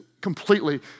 completely